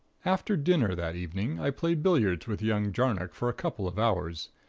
after dinner that evening, i played billiards with young jarnock for a couple of hours.